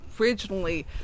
originally